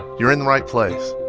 you're in the right place.